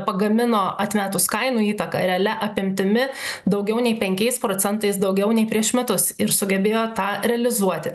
pagamino atmetus kainų įtaką realia apimtimi daugiau nei penkiais procentais daugiau nei prieš metus ir sugebėjo tą realizuoti